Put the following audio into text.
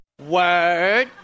Word